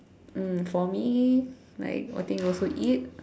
um for me like I think also eat